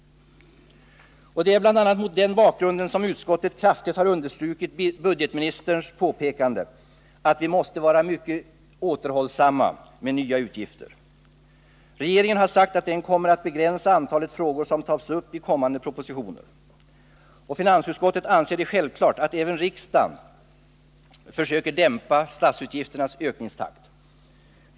Det är bl.a. mot denna bakgrund som utskottet kraftigt understrukit budgetministerns påpekande att vi måste vara mycket återhållsamma med nya utgifter. Regeringen har sagt att den kommer att begränsa antalet frågor som tas upp i kommande propositioner. Finansutskottet anser det självklart att även riksdagen försöker dämpa statsutgifternas ökningstakt.